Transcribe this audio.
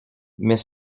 mais